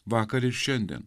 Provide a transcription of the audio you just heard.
vakar ir šiandien